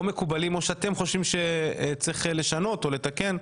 מקובלים או שאתם חושבים שצריך לשנות או לתקן,